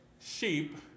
sheep